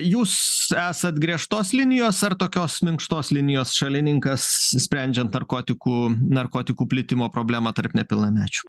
jūs esat griežtos linijos ar tokios minkštos linijos šalininkas sprendžiant narkotikų narkotikų plitimo problemą tarp nepilnamečių